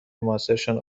موثرشان